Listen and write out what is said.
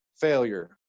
failure